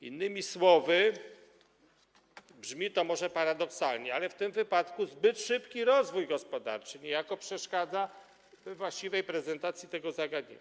Innymi słowy, brzmi to może paradoksalnie, ale w tym wypadku zbyt szybki rozwój gospodarczy niejako przeszkadza we właściwej prezentacji tego zagadnienia.